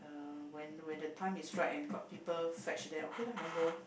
uh when when the time is right and got people fetch then okay lah then go lah